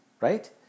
right